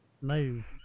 move